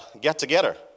get-together